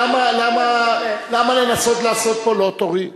למה לנסות לעשות פהlottery ?